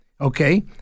okay